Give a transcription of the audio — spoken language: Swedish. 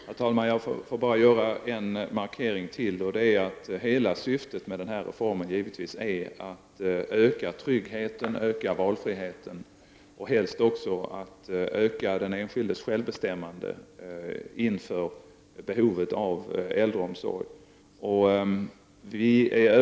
Herr talman! Jag vill bara göra en markering till. Hela syftet med den här reformen är givetvis att öka tryggheten, öka valfriheten och helst även att öka den enskildes självbestämmande inför behovet av äldreomsorg.